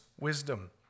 wisdom